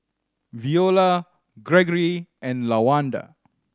Veola Gregory and Lawanda